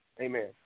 Amen